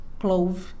clove